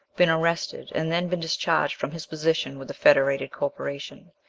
been arrested, and then been discharged from his position with the federated corporation.